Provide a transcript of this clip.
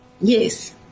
Yes